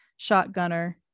shotgunner